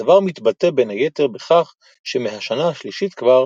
הדבר מתבטא בין היתר בכך שמהשנה השלישית כבר